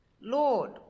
Lord